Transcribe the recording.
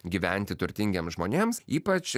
gyventi turtingiems žmonėms ypač